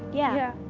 yeah.